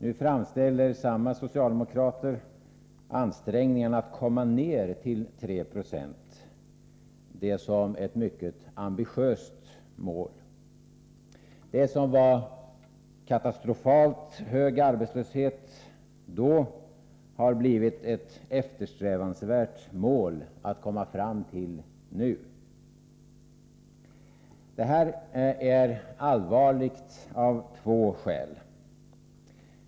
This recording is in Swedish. Nu framställer samma socialdemokrater det som ett mycket ambitiöst mål att komma ned till 3 90. Det som då var en katastrofalt hög arbetslöshet har nu blivit ett eftersträvansvärt mål. Detta är allvarligt av två skäl.